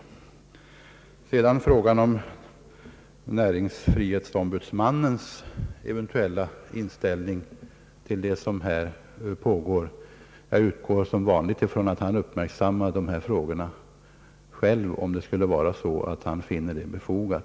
Vad sedan gäller frågan om näringsfrihetsombudsmannens eventuella inställning till dessa förhållanden, så utgår jag ifrån att han, som vanligt, själv uppmärksammar dessa frågor, om han skulle finna det befogat.